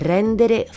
Rendere